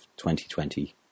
2020